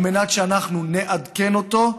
כדי שאנחנו נעדכן אותו,